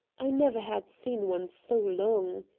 i never had seen one so long.